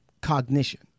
cognition